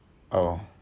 oh